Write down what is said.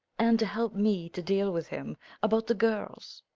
and to help me to deal with him about the girls.